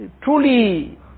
truly